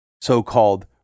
so-called